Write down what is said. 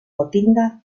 gotinga